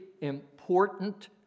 important